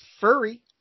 furry